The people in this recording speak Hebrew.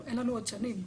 אין לנו עוד שנים.